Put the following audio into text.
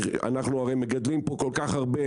הרי אנחנו מגדלים פה כל כך הרבה,